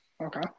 Okay